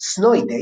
"Snowy Day",